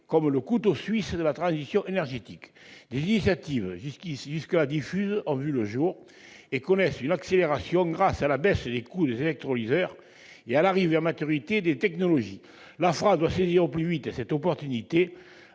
comme le « couteau suisse de la transition énergétique ». Des initiatives jusque-là diffuses ont vu le jour et connaissent une accélération grâce à la baisse des coûts des électrolyseurs et à l'arrivée à maturité des technologies. La France doit saisir cette chance